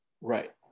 Right